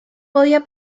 podía